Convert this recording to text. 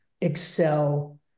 excel